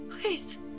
please